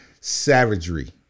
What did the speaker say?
savagery